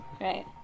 right